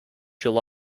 july